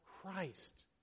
Christ